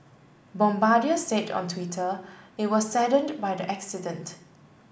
bombardier said on Twitter it was saddened by the accident